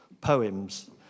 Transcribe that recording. poems